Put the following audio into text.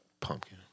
Pumpkin